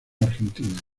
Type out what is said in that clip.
argentina